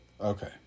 Okay